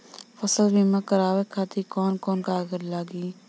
फसल बीमा करावे खातिर कवन कवन कागज लगी?